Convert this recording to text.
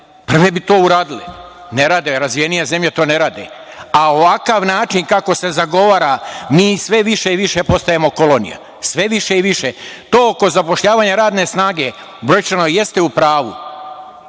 Evropske zajednice. Ne rade, razvijenije zemlje to ne rade. Ovakav način kako se zagovara, mi sve više i više postajemo kolonija. To oko zapošljavanja radne snage, brojčano jeste u pravu,